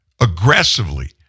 aggressively